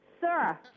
Sir